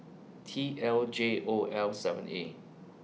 T L J O L seven A